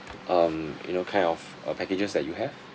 um you know kind of uh packages that you have